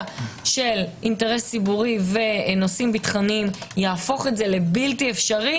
של אינטרס ציבורי ונושאים ביטחוניים יהפוך את זה לבלתי אפשרי